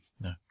no